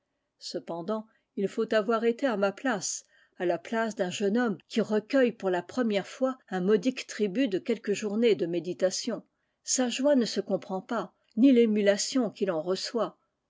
cependant il faut avoir été à ma place à la place d'un jeune homme qui recueille pour la première fois un modique tribut de quelques journées de méditation sa joie ne se comprend pas ni l'émulation qu'il en reçoit